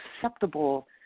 acceptable